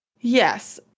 Yes